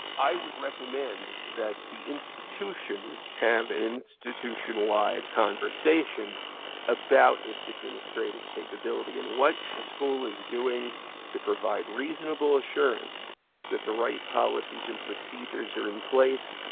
i would recommend that the institution have institution wide conversation about its administrative capability, and what the school is doing to provide reasonable assurance that the right policies and procedures are in place.